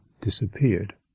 disappeared